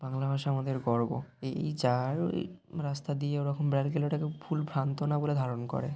বাংলা ভাষা আমাদের গর্ব এই এই যা আর ওই রাস্তা দিয়ে ওরকম একজন এটাকে ভুল ভ্রান্ত না বলে ধারণ করে